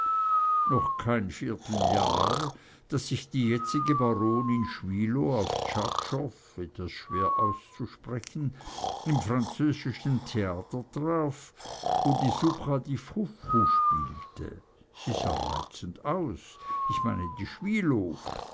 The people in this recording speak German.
noch kein vierteljahr daß ich die jetzige baronin schwilow auf tzschatschow etwas schwer auszusprechen im französischen theater traf wo die subra die froufrou spielte sie sah reizend aus ich meine die